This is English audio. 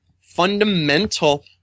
fundamental